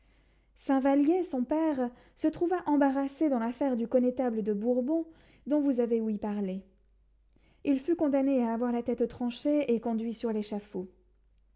saint vallier son père se trouva embarrassé dans l'affaire du connétable de bourbon dont vous avez ouï parler il fut condamné à avoir la tête tranchée et conduit sur